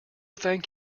thank